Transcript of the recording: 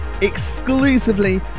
exclusively